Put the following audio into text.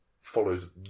follows